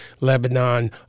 Lebanon